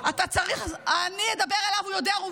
אני אדבר אליו, הוא יודע.